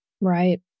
Right